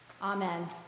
Amen